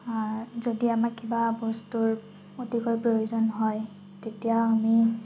যদি আমাক কিবা বস্তুৰ অতিকৈ প্ৰয়োজন হয় তেতিয়া আমি